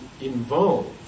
involved